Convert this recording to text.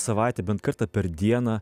savaitę bent kartą per dieną